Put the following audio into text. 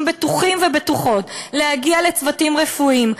בטוחים ובטוחות להגיע לצוותים רפואיים,